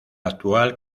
actual